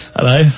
Hello